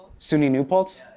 suny new paltz.